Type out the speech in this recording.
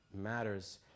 matters